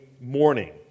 morning